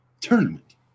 tournament